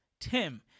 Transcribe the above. Tim